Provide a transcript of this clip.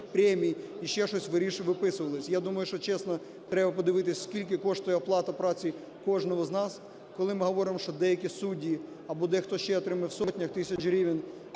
премій і ще щось виписувались. Я думаю, що чесно треба подивитись, скільки коштує оплата праці кожного з нас. Коли ми говоримо, що деякі судді або дехто ще отримує в сотнях тисяч гривень,